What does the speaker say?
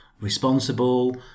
responsible